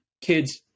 kids